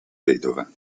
vedova